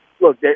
Look